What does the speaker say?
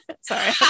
Sorry